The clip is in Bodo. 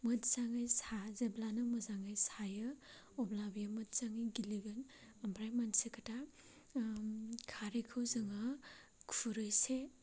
मोजाङै सा जेब्लानो मोजाङै सायो अब्ला बे मोजाङै गेब्लेगोन ओमफ्राय मोनसे खोथा खारैखौ जोङो खुरैसे